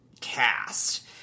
cast